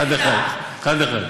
אחד-אחד, אחד-אחד.